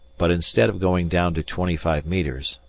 but instead of going down to twenty-five metres,